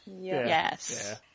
Yes